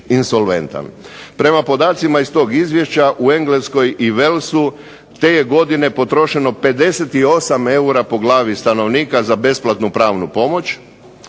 insolventan. Prema podacima iz tog izvješća u Engleskoj i Walesu te je godine potrošeno 58 eura po glavi stanovnika za besplatnu pravnu pomoć,